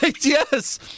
yes